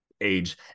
age